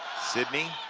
sidney,